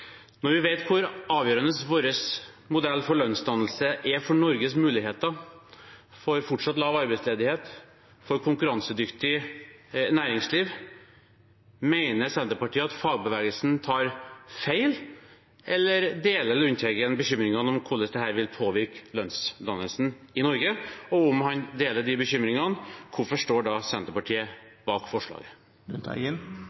Når vi vet hvor avgjørende vår modell for lønnsdannelse er for Norges muligheter, for fortsatt lav arbeidsledighet og for et konkurransedyktig næringsliv, mener Senterpartiet at fagbevegelsen tar feil, eller deler representanten Lundteigen bekymringene for hvordan dette vil påvirke lønnsdannelsen i Norge? Og om han deler de bekymringene, hvorfor står da